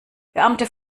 beamte